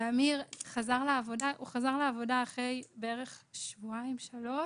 אמיר חזר לעבודה אחרי שבועיים שלושה